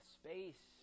space